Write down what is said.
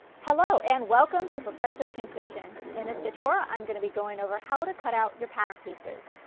hello and welcome to professor pincushion. in this tutorial i am going to be going over how to cutout your pattern pieces.